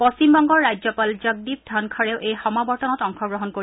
পশ্চিমবংগৰ ৰাজ্যপাল জগদ্বীপ ধনখৰেও এই সমাৱৰ্তনত অংশগ্ৰহণ কৰিব